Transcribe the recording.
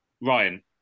Ryan